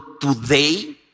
today